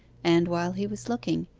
and, while he was looking,